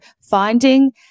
finding